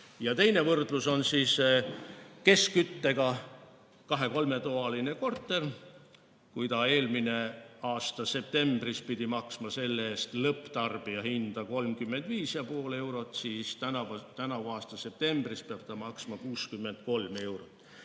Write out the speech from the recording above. Ja teine võrdlus on keskküttega 2–3-toalise korteri kohta. Kui eelmine aasta septembris pidi maksma selle eest lõpptarbijahinda 35,5 eurot, siis tänavu septembris peab maksma 63 eurot.